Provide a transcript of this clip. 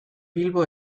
bilbo